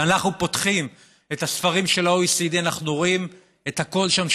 כשאנחנו פותחים את הספרים של ה-OECD אנחנו רואים את הכול שם,